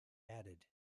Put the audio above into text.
added